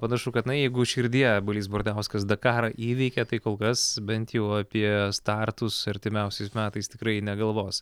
panašu kad na jeigu širdyje balys bardauskas dakarą įveikė tai kol kas bent jau apie startus artimiausiais metais tikrai negalvos